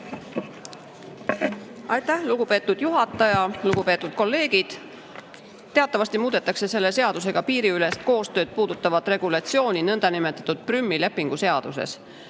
Aitäh, lugupeetud juhataja! Lugupeetud kolleegid! Teatavasti muudetakse selle seadusega piiriülest koostööd puudutavat regulatsiooni nõndanimetatud Prümi lepingu seaduses,